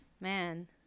Man